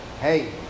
Hey